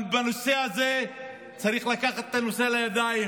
גם את הנושא הזה צריך לקחת בידיים.